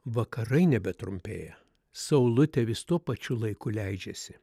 vakarai nebetrumpėja saulutė vis tuo pačiu laiku leidžiasi